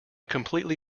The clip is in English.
completely